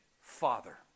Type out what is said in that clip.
Father